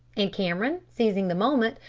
and cameron, seizing the moment,